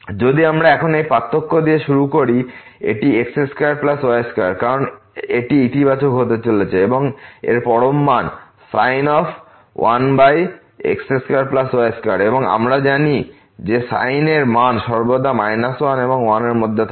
যদি আমরা এখন এই পার্থক্য দিয়ে শুরু করি এটি x2y2 কারণ এটি ইতিবাচক হতে চলেছে এবং এর পরম মান sin1x2y2 এবং আমরা জানি যে sin এর মান সর্বদা 1 এবং 1 এর মধ্যে থাকে